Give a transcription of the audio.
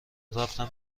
رفتم